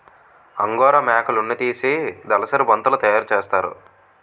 angora మేకలున్నితీసి దలసరి బొంతలు తయారసేస్తారు